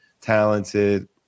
talented